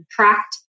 contract